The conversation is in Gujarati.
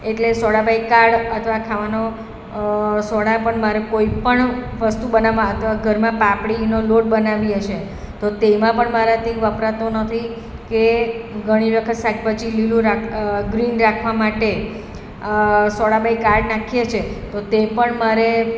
એટલે સોડા બાઈકાળ અથવા ખાવાનો સોડા પણ મારે કોઈપણ વસ્તુ બનાવવા અથવા ઘરમાં પાપડીનો લોટ બનાવીએ છે તો તેમાં પણ મારાથી વપરાતો નથી કે ઘણી વખત શાકભાજી લીલું ગ્રીન રાખવા માટે સોળા બાઈકાર્ડ નાખીએ છે તો તે પણ મારે